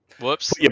Whoops